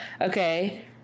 Okay